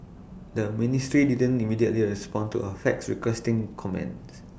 the ministry didn't immediately respond to A fax requesting comments